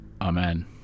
Amen